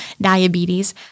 diabetes